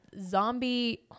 zombie